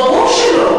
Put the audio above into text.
ברור שלא.